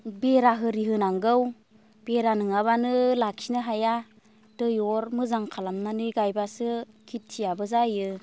बेरा इरि होनांगौ बेरा नङाब्लानो लाखिनो हाया दै अर मोजां खालामनानै गायब्लासो खेथियाबो जायो